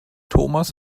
thomas